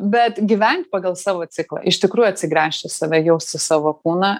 bet gyvent pagal savo ciklą iš tikrųjų atsigręžt į save jausti savo kūną